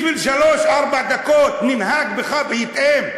בשביל שלוש-ארבע דקות "ננהג בך בהתאם"?